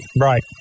Right